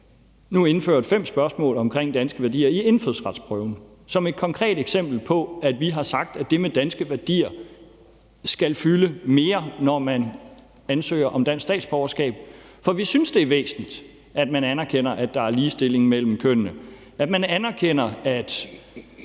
nu indført fem spørgsmål omkring danske værdier i indfødsretsprøven som et konkret eksempel på, at vi har sagt, at det med danske værdier skal fylde mere, når man ansøger om dansk statsborgerskab. For vi synes, det er væsentligt, at man anerkender, at der er ligestilling mellem kønnene, og at man anerkender, at